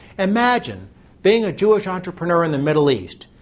imagine being a jewish entrepreneur in the middle east.